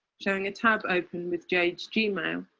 showing a tab open with jade s g mail.